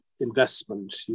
investment